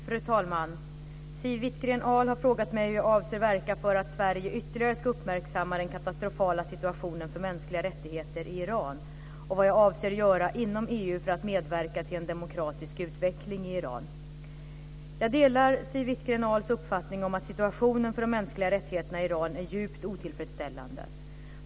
Fru talman! Siw Wittgren-Ahl har frågat mig hur jag avser verka för att Sverige ytterligare ska uppmärksamma den katastrofala situationen för mänskliga rättigheter i Iran och vad jag avser göra inom EU för att medverka till en demokratisk utveckling i Iran. Jag delar Siw Wittgren-Ahls uppfattning om att situationen för de mänskliga rättigheterna i Iran är djupt otillfredsställande.